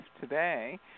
today